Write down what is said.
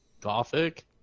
Gothic